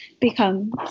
become